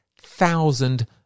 thousand